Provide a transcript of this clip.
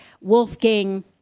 Wolfgang